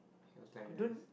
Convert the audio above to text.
she was like this